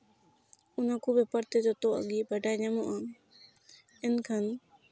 ᱚᱱᱟᱠᱚ ᱵᱮᱯᱟᱨ ᱛᱮ ᱡᱚᱛᱚᱣᱟᱜ ᱜᱮ ᱵᱟᱰᱟᱭ ᱧᱟᱢᱚᱜᱼᱟ ᱮᱱᱠᱷᱟᱱ